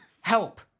Help